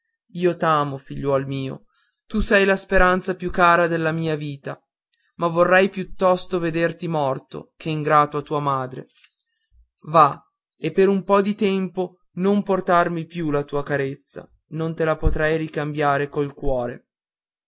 dell'ingratitudine io t'amo figliuol mio tu sei la speranza più cara della mia vita ma vorrei piuttosto vederti morto che ingrato a tua madre va e per un po di tempo non portarmi più la tua carezza non te la potrei ricambiare col cuore